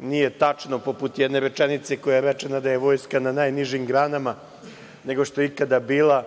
nije tačno poput jedne rečenice koja je rečena – da je Vojska na najnižim granama nego što je ikada bila.